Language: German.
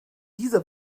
dieser